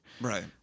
Right